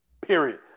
Period